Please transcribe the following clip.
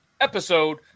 episode